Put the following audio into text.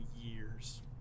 years